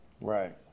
Right